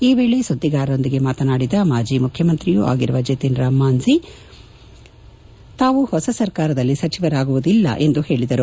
ಈ ವೇಳೆ ಸುದ್ದಿಗಾರರೊಂದಿಗೆ ಮಾತನಾಡಿದ ಮಾಜಿ ಮುಖ್ಯಮಂತ್ರಿಯೂ ಆಗಿರುವ ಜಕಿನ್ ರಾಮ್ ಮಾಂಜ್ವ ತಾವು ಮೊಸ ಸರ್ಕಾರದಲ್ಲಿ ಸಚಿವರಾಗುವುದಿಲ್ಲ ಎಂದು ಹೇಳದರು